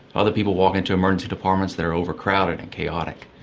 other people walk into emergency departments that are overcrowded and chaotic.